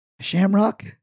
shamrock